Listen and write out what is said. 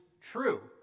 true